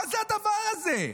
מה זה הדבר הזה?